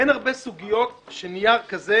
אין הרבה סוגיות שנייר כזה,